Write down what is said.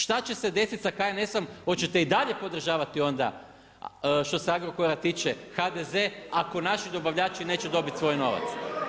Šta će se desiti sa HNS-om, hoćete i dalje podržavati onda što se Agrokora tiče HDZ ako naši dobavljači neće dobiti svoj novac?